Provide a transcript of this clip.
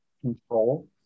control